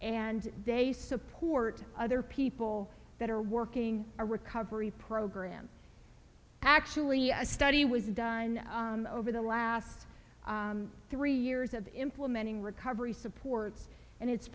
and they support other people that are working a recovery program actually a study was done over the last three years of implementing recovery supports and it's